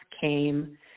came